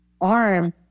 Arm